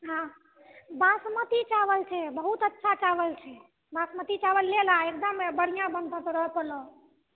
हँ बासमती चावल छै बहुत अच्छा चावल छै बासमती चावल ले लऽ एकदम बढ़ियाॅं बनतो तोरो पोलाव